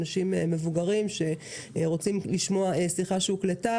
אנשים מבוגרים שרוצים לשמוע שיחה שהוקלטה,